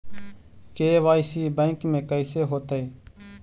KYC bank में कैसे होतै?